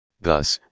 thus